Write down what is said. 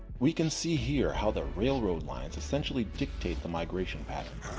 we can see here how the railroad lines essentially dictate the migration pattern.